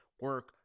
Work